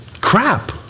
crap